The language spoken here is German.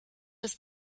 ist